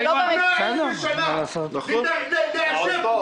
אני גם רוצה לדעת,